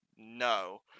No